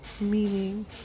meaning